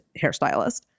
hairstylist